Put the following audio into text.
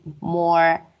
more